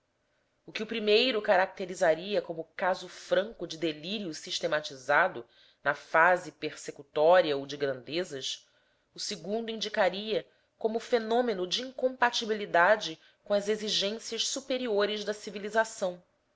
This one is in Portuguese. o que o primeiro caracterizaria como caso franco de delírio sistematizado na fase persecutória ou de grandezas o segundo indicaria como fenômeno de incompatibilidade com as exigências superiores da civilização